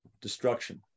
destruction